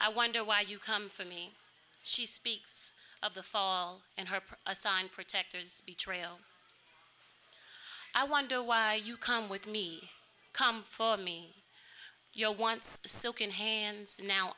i wonder why you come from me she speaks of the fall and her assigned protectors betrayal i wonder why you come with me come for me your wants to soak in hands now